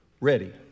ready